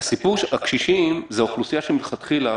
הקשישים זו אוכלוסייה שמלכתחילה